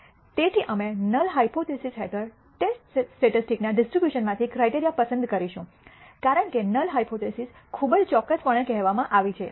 તેથી અમે null hypothesis હેઠળ ટેસ્ટ સ્ટેટિસ્ટિક્સના ડિસ્ટ્રીબ્યુશનમાંથી ક્રાઇટેરીયા પસંદ કરીશું કારણ કે નલ હાયપોથીસિસ ખૂબ જ ચોક્કસપણે કહેવામાં આવી છે